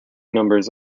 numbers